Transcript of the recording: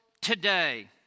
today